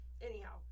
anyhow